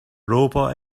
robot